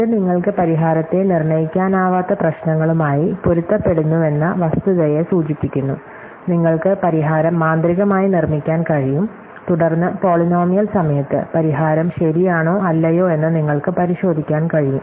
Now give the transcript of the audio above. ഇത് നിങ്ങൾക്ക് പരിഹാരത്തെ നിർണ്ണയിക്കാനാവാത്ത പ്രശ്നങ്ങളുമായി പൊരുത്തപ്പെടുന്നുവെന്ന വസ്തുതയെ സൂചിപ്പിക്കുന്നു നിങ്ങൾക്ക് പരിഹാരം മാന്ത്രികമായി നിർമ്മിക്കാൻ കഴിയും തുടർന്ന് പോളിനോമിയൽ സമയത്ത് പരിഹാരം ശരിയാണോ അല്ലയോ എന്ന് നിങ്ങൾക്ക് പരിശോധിക്കാൻ കഴിയും